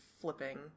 flipping